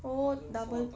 oh double